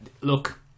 Look